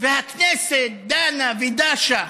והכנסת דנה ודשה.